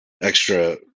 extra